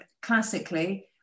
classically